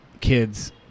kids